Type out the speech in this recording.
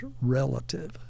relative